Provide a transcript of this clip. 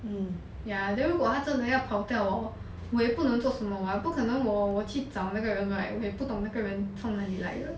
ya then 如果他真的要跑掉 hor 我也不能做什么 mah 不可能我我去找那个人 right 我也不懂那个人从哪里来的